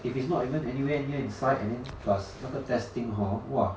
if it's not even anywhere near inside and then plus 那个 testing hor !wah!